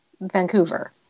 Vancouver